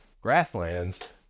grasslands